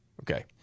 Okay